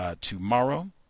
tomorrow